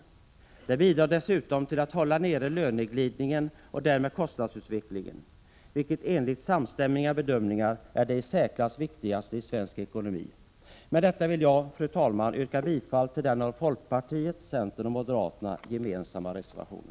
Systemet bidrar dessutom till att hålla nere löneglidningen och därmed kostnadsutvecklingen, vilket enligt samstämmiga bedömningar är det i särsklass viktigaste i svensk ekonomi. Med detta vill jag, fru talman, yrka bifall till den för folkpartiet, centern och moderaterna gemensamma reservationen.